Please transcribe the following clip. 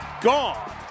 gone